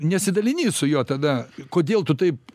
nesidalini su juo tada kodėl tu taip